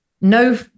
no